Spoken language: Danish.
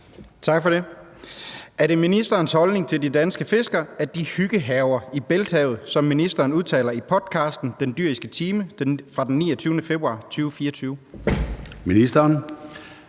Tak for det. Er det ministerens holdning til de danske fiskere, at de »hyggehærger« i Bælthavet, som ministeren udtaler i podcasten »Den Dyriske Time« fra den 29. februar 2024? Kl.